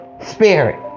Spirit